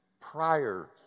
prior